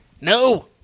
No